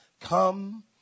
Come